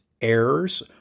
errors